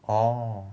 orh